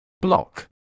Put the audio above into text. block